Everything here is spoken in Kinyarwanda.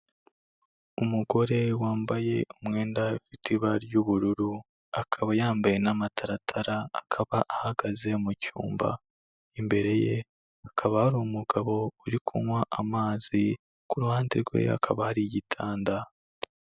Umugore wambaye umwenda ufite ibara ry'ubururu, akaba yambaye n'amataratara, akaba ahagaze mu cyumba, imbere ye hakaba hari umugabo uri kunywa amazi ku ruhande rwe hakaba hari igitanda.